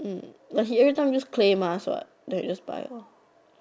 mm but he every time use clay mask so I just buy lor